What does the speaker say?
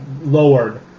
lowered